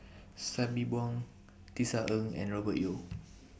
Sabri Buang Tisa Ng and Robert Yeo